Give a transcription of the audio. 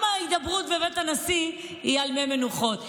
גם ההידברות בבית הנשיא היא על מי מנוחות.